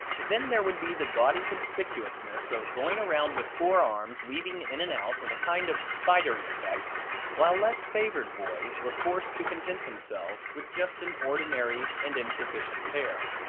then there would be the gaudy conspicuousness of going around with four arms weaving in and out in a kind of spidery effect while less favored boys were forced to content themselves with just an ordinary and insufficient pair.